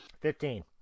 Fifteen